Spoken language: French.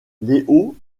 léo